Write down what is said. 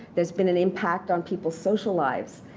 there's been an impact on people's social lives.